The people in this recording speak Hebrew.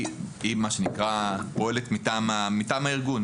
היא פועלת מטעם הארגון,